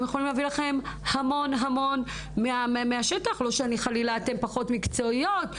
הם יכולים להביא לכם המון המון מהשטח לא שחלילה אתן פחות מקצועיות,